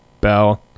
Bell